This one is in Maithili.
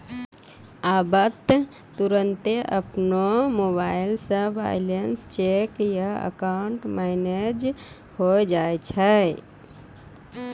आबै त तुरन्ते अपनो मोबाइलो से बैलेंस चेक या अकाउंट मैनेज होय जाय छै